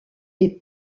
est